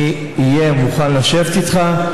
אהיה מוכן לשבת איתך,